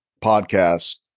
podcast